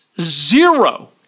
zero